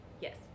Yes